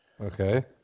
Okay